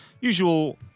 usual